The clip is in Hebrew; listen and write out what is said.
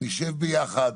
נשב ביחד,